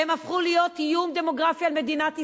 והם הפכו להיות איום דמוגרפי על מדינת ישראל.